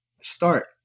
start